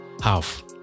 half